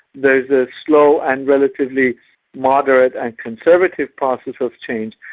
there is a slow and relatively moderate and conservative process of change,